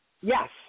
Yes